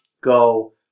go